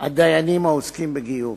הדיינים העוסקים בגיור.